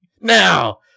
Now